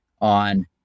on